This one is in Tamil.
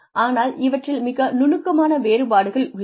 ஆனால் இவற்றில் மிக நுணுக்கமான வேறுபாடுகள் உள்ளன